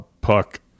puck